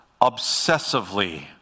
obsessively